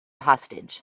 hostage